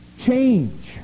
change